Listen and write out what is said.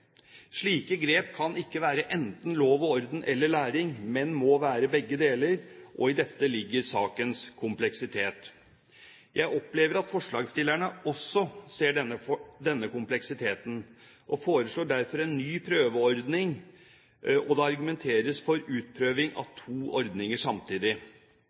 Slike grep kan ikke være enten lov og orden eller læring, men må være begge deler, og i dette ligger sakens kompleksitet. Jeg opplever at forslagsstillerne også ser denne kompleksiteten, og foreslår derfor en ny prøveordning. Det argumenteres for utprøving av to ordninger samtidig.